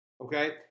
Okay